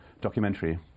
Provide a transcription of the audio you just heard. documentary